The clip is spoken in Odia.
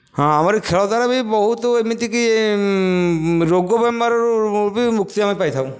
ହଁ ଆମରି ଖେଳ ଦ୍ୱାରା ବି ବହୁତ ଏମିତି କି ରୋଗ ବେମାରିରୁ ବି ମୁକ୍ତି ଆମେ ପାଇଥାଉ